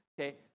okay